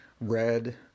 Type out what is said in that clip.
red